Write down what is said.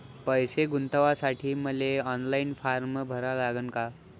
पैसे गुंतवासाठी मले ऑनलाईन फारम भरा लागन का?